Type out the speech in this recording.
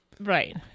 Right